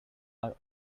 are